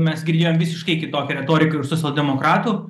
mes giedrėjom visiškai kitokią retoriką ir socialdemokratų